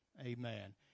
amen